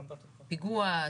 פיגוע,